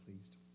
pleased